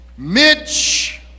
Mitch